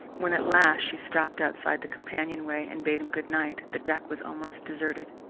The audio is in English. when at last she stopped outside the companionway and bade him good night, the deck was almost deserted.